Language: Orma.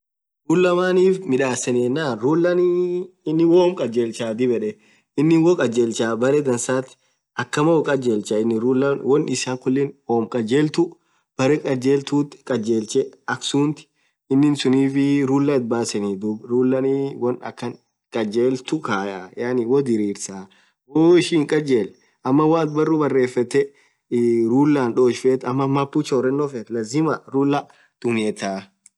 Ruller maanif midhaseni yenan ruller niii woo khaljelchaa dhib yedhe inin woom kaljelcha beree dhansath akamaa woo kaljelcha inin wonn issa khulii woom kaljelthuu berre kaljelthuthi kaljelchee akha sunnit inin suniff ruller ithi baseni dhub ruller niii wonn akhan kaljelthuu kaaayya yaani woo dhirrrsaaa wonn woo ishin hin kaljell amaa woathin barru barrefethe rullern dhoch fethu amaa map choreno fethu lazimaa ruller tumethaaa